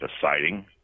deciding